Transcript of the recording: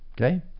Okay